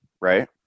Right